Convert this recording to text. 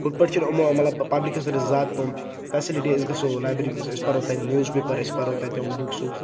ہُتھ پٲٹھۍ چھِنہٕ یِمو مطلب پَبلِکَس خٲطرٕ زیادٕ تِم فیسَلٹی أسۍ گَژھو لایبرَری أسۍ پَرو تَتہِ نِوٕز پیپَر أسۍ پَرو تَتہِ بُکٕس وُکٕس